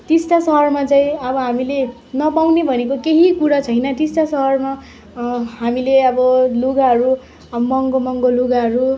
टिस्टा सहरमा चाहिँ अब हामीले नपाउने भनेको केही कुरा छैन टिस्टा सहरमा हामीले अब लुगाहरू महँगो महँगो लुगाहरू